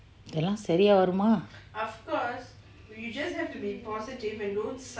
இதெல்லாம் சிறிய வருமா:itellam ciriya varuma